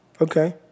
okay